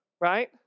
right